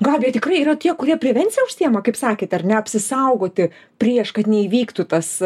gabija tikrai yra tie kurie prevencija užsiima kaip sakėt ar ne apsisaugoti prieš kad neįvyktų tas